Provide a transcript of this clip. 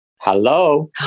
Hello